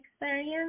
experience